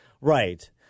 Right